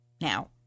Now